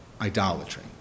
idolatry